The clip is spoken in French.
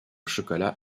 chocolat